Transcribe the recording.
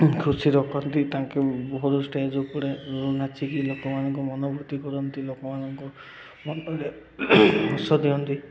ଖୁସି ରଖନ୍ତି ତାଙ୍କୁ ବହୁତ ଷ୍ଟେଜ୍ ଉପରେ ନାଚିକି ଲୋକମାନଙ୍କୁ ମନବୃତ୍ତି କରନ୍ତି ଲୋକମାନଙ୍କୁ ମନରେ ହସ ଦିଅନ୍ତି